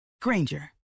Granger